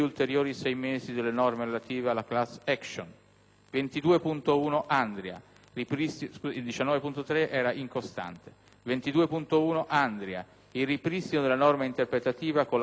22.1, concernente il ripristino della norma interpretativa con la quale si consente la chiusura del contenzioso previdenziale dei datori di lavoro del settore agricolo operanti nelle zone di montagna e nelle aree svantaggiate;